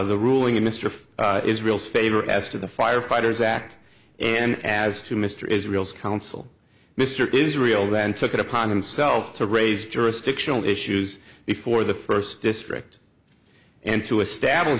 the ruling in mr israel's favor as to the firefighters act and as to mr israel's counsel mr israel then took it upon himself to raise jurisdictional issues before the first district and to establish